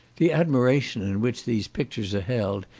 the admiration in which these pictures are held,